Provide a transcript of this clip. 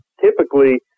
Typically